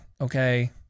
okay